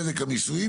צדק המיסוי,